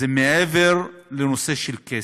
מעבר לנושא של כסף.